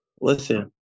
listen